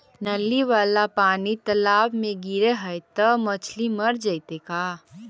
नली वाला पानी तालाव मे गिरे है त मछली मर जितै का?